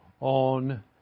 on